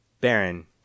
Baron